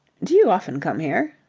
do you often come here?